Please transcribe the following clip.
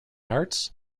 arts